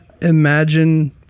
imagine